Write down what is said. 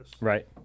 Right